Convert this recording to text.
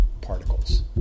particles